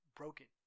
broken